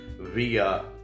via